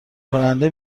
کننده